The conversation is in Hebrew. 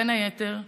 בין היתר,